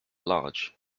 large